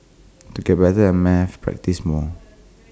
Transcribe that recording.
to get better at maths practise more